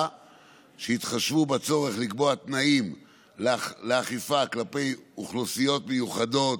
ויתחשבו בצורך לקבוע תנאים לאכיפה כלפי אוכלוסיות מיוחדות: